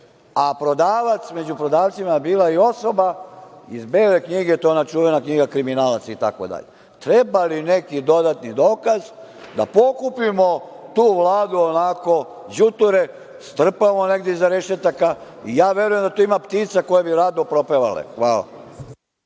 a među prodavcima je bila i osoba iz "Bele knjige", to je ona čuvena knjiga kriminalaca itd. Treba li neki dodatni dokaz da pokupimo tu Vladu onako đuture, strpamo negde iza rešetaka. Ja verujem da tu ima ptica koje bi rado propevale. Hvala.